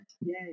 Yay